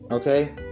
Okay